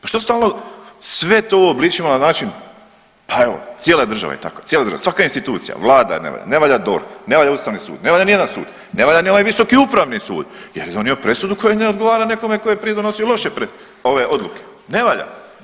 Pa šta stalno sve to uobličimo na način pa evo cijela država je takva, cijela država, svaka institucija, vlada ne valja, ne valja DORH, ne valja ustavni sud, ne valja nijedan sud, ne valja ni ovaj visoki upravni sud jer je donio presudu koja ne odgovara nekome ko je prije donosio loše odluke, ne valja.